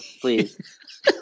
Please